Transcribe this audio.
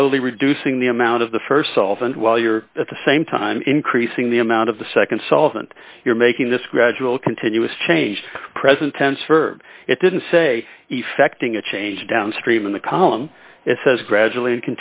slowly reducing the amount of the st solvent while you're at the same time increasing the amount of the nd solvent you're making this gradual continuous change present tense verb it didn't say effecting a change downstream in the column it says gradually